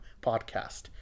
podcast